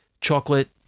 chocolate